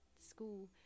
school